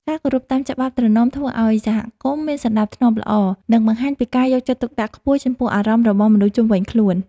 ការគោរពតាមច្បាប់ត្រណមធ្វើឱ្យសហគមន៍មានសណ្តាប់ធ្នាប់ល្អ និងបង្ហាញពីការយកចិត្តទុកដាក់ខ្ពស់ចំពោះអារម្មណ៍របស់មនុស្សជុំវិញខ្លួន។